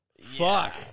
Fuck